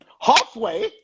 Halfway